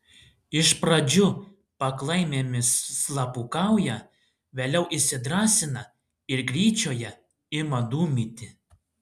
iš pradžių paklaimėmis slapukauja vėliau įsidrąsina ir gryčioje ima dūmyti